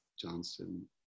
Johnson